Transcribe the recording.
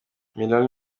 milan